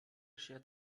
schert